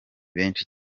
benshi